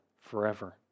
forever